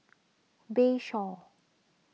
Bayshore